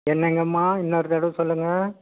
என்னங்கம்மா இன்னொரு தடவை சொல்லுங்கள்